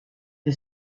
the